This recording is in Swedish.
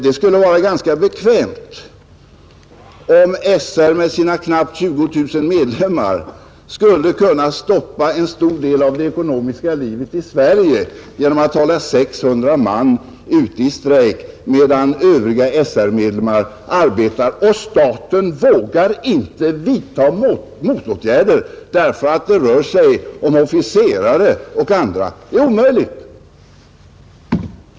Det skulle vara ganska bekvämt om SR med sina knappt 20000 medlemmar skulle kunna stoppa en stor del av det ekonomiska livet i Sverige genom att hålla 600 man ute i strejk, medan övriga SR-medlemmar arbetar, och staten inte skulle våga vidta motåtgärder därför att det rör sig om bl.a. officerare. Det är omöjligt.